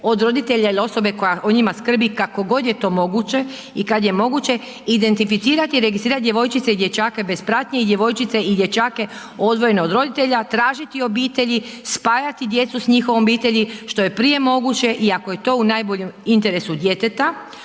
od roditelja ili osobe koja o njima skrbi kako god je to moguće i kad je moguće identificirat i registrirat djevojčice i dječake bez pratnje i djevojčice i dječake odvojene od roditelje, tražiti obitelji, spajati djecu s njihovom obitelji što je prije moguće i ako je to u najboljem interesu djeteta,